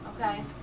Okay